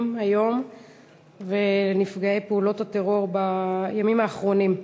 היום ונפגעי פעולות הטרור בימים האחרונים.